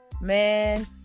Man